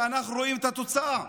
ואנחנו רואים את התוצאה.